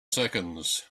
seconds